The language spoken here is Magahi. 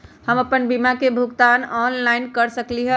हम अपन बीमा के भुगतान ऑनलाइन कर सकली ह?